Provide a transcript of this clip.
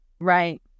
right